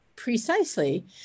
Precisely